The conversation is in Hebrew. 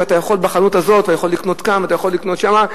ואתה יכול לקנות בחנות הזאת ואתה יכול לקנות כאן ואתה יכול לקנות שם.